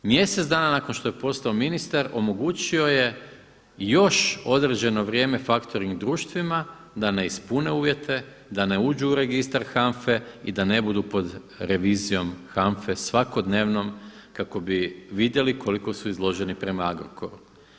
Mjesec dana nakon što je postao ministar omogućio je još određeno vrijeme faktoring društvima da ne ispune uvjete, da ne uđu u registar HANFA-e i da ne budu pod revizijom HANFA-e svakodnevnom kako bi vidjeli koliko su izloženi prema Agrokoru.